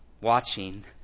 watching